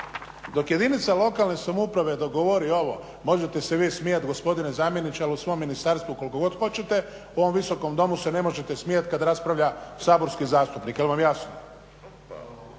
dok jedinica lokalne samouprave dogovori ovo možete se vi smijati gospodine zamjeniče ali u svom ministarstvu koliko god hoćete, u ovom Visokom domu se ne možete smijati kad raspravlja saborski zastupnik, jel vam jasno?